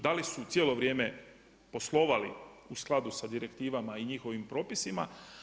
Da li su cijelo vrijeme poslovali u skladu sa direktivama i njihovim propisima.